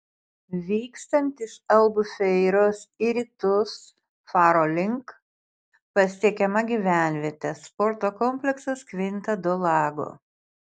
vykstant iš albufeiros į rytus faro link pasiekiama gyvenvietė sporto kompleksas kvinta do lago